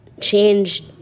change